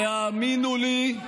והאמינו לי,